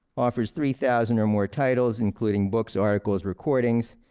offers three thousand or more titles including books, articles, recordings,